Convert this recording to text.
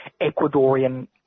Ecuadorian